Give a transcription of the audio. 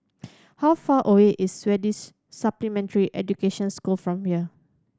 how far away is Swedish Supplementary Education School from here